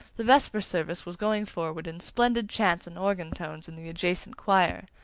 the vesper service was going forward in splendid chants and organ tones in the adjacent choir,